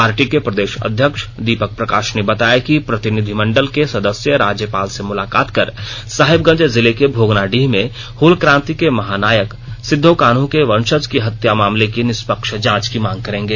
party के प्रदेष अध्यक्ष दीपक प्रकाष ने बताया कि प्रतिनिधिमंडल के सदस्य राज्यपाल से मुलाकात कर साहेबगंज जिले के भोगनाडीह में हुल कांति के महानायक सिद्वो कान्हू के वंषज की हत्या मामले की निष्पक्ष जांच की मांग करेंगे